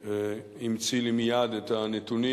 שהמציא לי מייד את הנתונים.